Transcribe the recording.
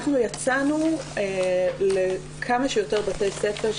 אנחנו יצאנו לכמה שיותר בתי ספר.